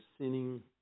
sinning